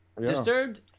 Disturbed